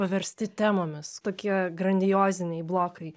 paversti temomis kokie grandioziniai blokai